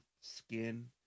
skin